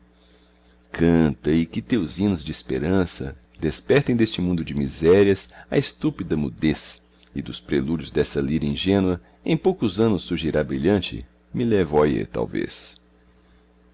canta e que teus hinos desperança despertem deste mundo de misérias a estúpida mudez e dos prelúdios dessa lira ingênua em poucos anos surgirá brilhante e levo a talvez